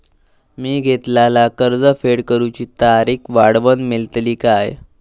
मी घेतलाला कर्ज फेड करूची तारिक वाढवन मेलतली काय?